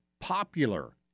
popular